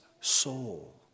soul